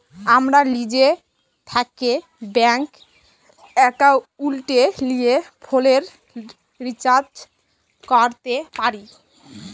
আমরা লিজে থ্যাকে ব্যাংক একাউলটে লিয়ে ফোলের রিচাজ ক্যরতে পারি